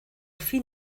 fin